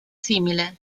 simile